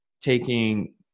taking